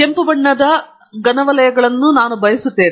ಕೆಂಪು ಬಣ್ಣದ ಬಣ್ಣದ ಘನ ವಲಯಗಳನ್ನು ನಾನು ಬಯಸುತ್ತೇನೆ